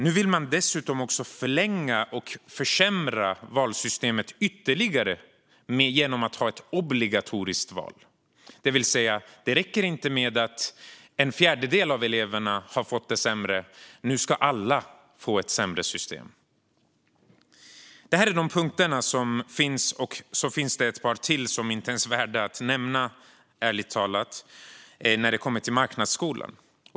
Nu vill man dessutom förlänga och försämra valsystemet ytterligare genom att ha ett obligatoriskt val, det vill säga det räcker inte med att en fjärdedel av eleverna har fått det sämre utan nu ska alla få ett sämre system. Det här var de punkter som finns, och det finns ytterligare några som ärligt talat inte ens är värda att nämna när det gäller marknadsskolan.